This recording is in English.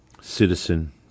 Citizen